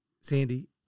Sandy